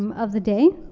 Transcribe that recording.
um of the day.